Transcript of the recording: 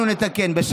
שקר.